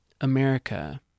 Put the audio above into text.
America